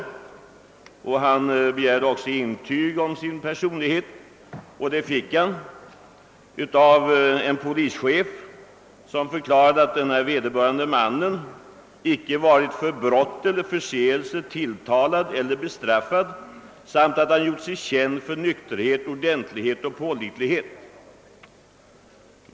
Han begärde intyg om sin personlighet av en polischef, som förklarade att denne man »icke varit för brott eller förseelse tilltalad eller bestraffad samt att han gjort sig känd för nykterhet, ordentlighet och pålitlighet».